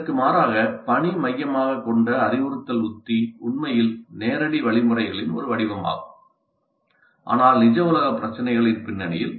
இதற்கு மாறாக பணி மையமாகக் கொண்ட அறிவுறுத்தல் உத்தி உண்மையில் நேரடி வழிமுறைகளின் ஒரு வடிவமாகும் ஆனால் நிஜ உலக பிரச்சினைகளின் பின்னணியில்